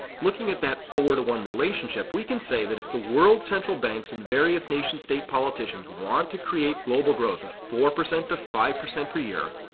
looking at that four to one relationship, we can say that if the world's central banks and various nation-state politicians want to create global growth of four percent to five percent per year,